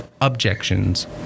objections